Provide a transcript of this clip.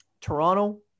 Toronto